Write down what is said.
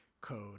Code